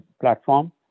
platform